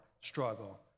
struggle